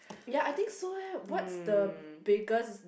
ya I think so eh what's the biggest